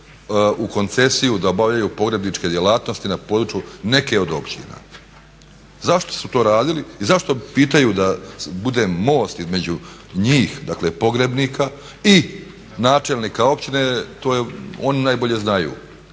u koncesiju da obavljaju pogrebničke djelatnosti na području neke od općina. Zašto su to radili i zašto pitaju da budem most između njih, dakle pogrebnika i načelnika općine to oni najbolje znaju.